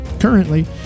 Currently